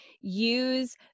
use